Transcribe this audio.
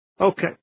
Okay